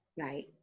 right